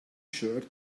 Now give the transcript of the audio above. shirt